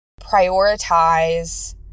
prioritize